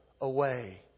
away